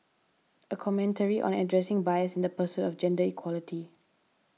a commentary on addressing bias in the pursuit of gender equality